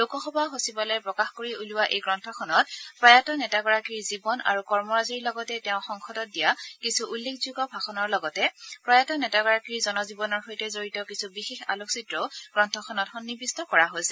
লোকসভা সচিবালয়ে প্ৰকাশ কৰি উলিওৱা এই গ্ৰন্থখনত প্ৰয়াত নেতাগৰাকীৰ জীৱন আৰু কৰ্মৰাজিৰ লগতে তেওঁ সংসদত দিয়া কিছু উল্লেখযোগ্য ভাষণৰ লগতে প্ৰয়াত নেতাগৰাকীৰ জনজীৱনৰ সৈতে জড়িত কিছু বিশেষ আলোকচিত্ৰও সন্নিৱিষ্ট কৰা হৈছে